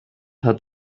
hat